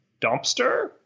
dumpster